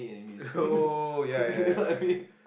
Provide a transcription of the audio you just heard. oh ya ya ya okay